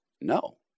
No